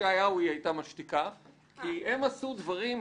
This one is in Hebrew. ישעיהו היא הייתה משתיקה כי הם עשו דברים,